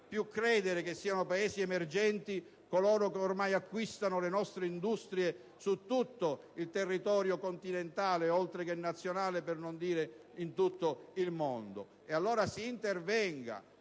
più credere che siano emergenti Paesi che ormai acquistano le nostre industrie su tutto il territorio continentale oltre che nazionale, per non dire in tutto il mondo. Allora si intervenga,